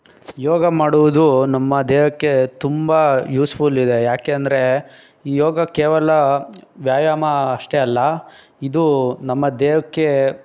ಯೋಗ ಮಾಡುವುದು ನಮ್ಮ ದೇಹಕ್ಕೆ ತುಂಬ ಯೂಸ್ಫುಲ್ ಇದೆ ಯಾಕೆಂದರೆ ಯೋಗ ಕೇವಲ ವ್ಯಾಯಾಮ ಅಷ್ಟೇ ಅಲ್ಲ ಇದು ನಮ್ಮ ದೇಹಕ್ಕೆ